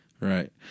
Right